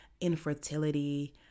infertility